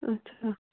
اَچھا